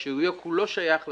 שיהיה כולו שייך לתאגיד,